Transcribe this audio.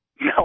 No